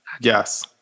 Yes